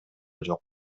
жок